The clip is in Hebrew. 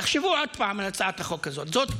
תחשבו עוד פעם על הצעת החוק הזאת.